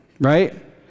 right